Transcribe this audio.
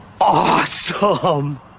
awesome